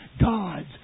God's